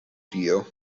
dio